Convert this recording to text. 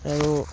আৰু